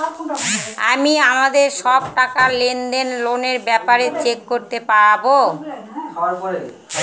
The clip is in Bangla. আমি আমাদের সব টাকা, লেনদেন, লোনের ব্যাপারে চেক করতে পাবো